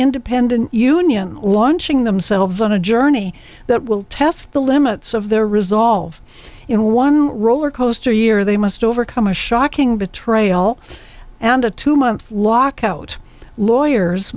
independent union launching themselves on a journey that will test the limits of their resolve in one roller coaster year they must overcome a shocking betrayal and a two month lockout lawyers